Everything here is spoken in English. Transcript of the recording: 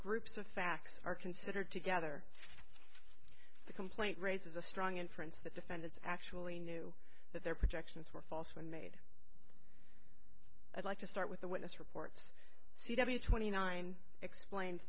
groups of facts are considered together the complaint raises a strong and prints the defendants actually knew that their projections were false when made i'd like to start with the witness reports c w twenty nine explain